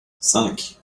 cinq